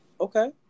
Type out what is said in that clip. Okay